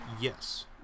Yes